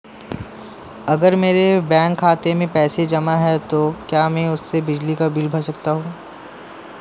अगर मेरे बैंक खाते में पैसे जमा है तो क्या मैं उसे बिजली का बिल भर सकता हूं?